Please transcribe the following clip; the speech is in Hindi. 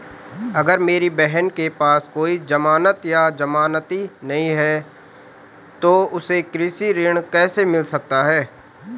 अगर मेरी बहन के पास कोई जमानत या जमानती नहीं है तो उसे कृषि ऋण कैसे मिल सकता है?